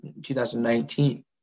2019